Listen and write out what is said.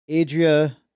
Adria